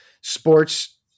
sports